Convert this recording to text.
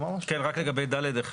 לגבי סעיף (ד)(1),